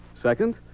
Second